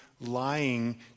lying